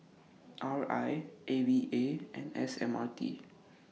R I A V A and S M R T